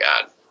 god